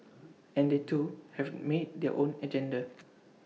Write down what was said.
and they too have may their own agenda